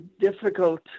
difficult